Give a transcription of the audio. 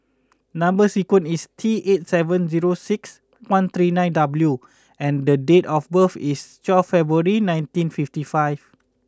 number sequence is T eight seven zero six one three nine W and the date of birth is twelve February nineteen fifty five